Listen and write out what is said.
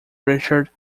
richard